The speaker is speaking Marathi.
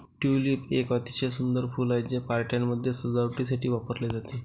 ट्यूलिप एक अतिशय सुंदर फूल आहे, ते पार्ट्यांमध्ये सजावटीसाठी वापरले जाते